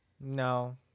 No